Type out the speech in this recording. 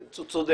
אוקיי, תקלקל.